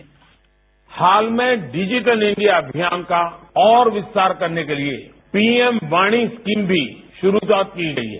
bite हाल में digital India अमियान का और विस्तार करने के लिए पीएम वाणी स्कीम भी शुरू की गई है